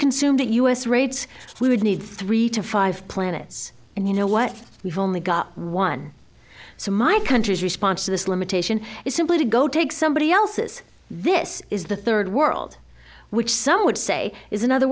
consumed that us rates we would need three to five planets and you know what we've only got one so my country's response to this limitation is simply to go take somebody else's this is the third world which some would say is another